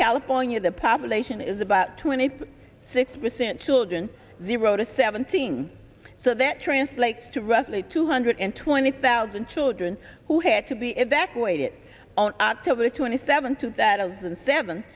california the population is about twenty six percent children zero to seventeen so that translates to roughly two hundred twenty thousand children who had to be evacuated on october twenty seven